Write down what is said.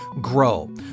Grow